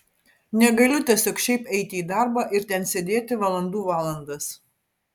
negaliu tiesiog šiaip eiti į darbą ir ten sėdėti valandų valandas